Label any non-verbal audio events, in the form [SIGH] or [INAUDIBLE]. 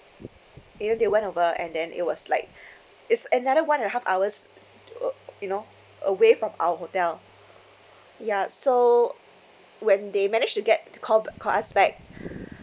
you know they went over and then it was like [BREATH] it's another one and half hours uh to uh you know away from our hotel ya so when they managed to get to call ba~ call us back [BREATH]